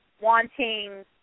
wanting